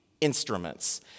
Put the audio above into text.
instruments